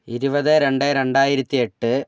ഇരുപത് രണ്ട് രണ്ടായിരത്തി എട്ട്